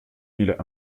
mille